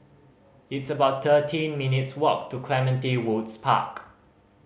it's about thirteen minutes' walk to Clementi Woods Park